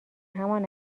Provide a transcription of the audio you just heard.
همان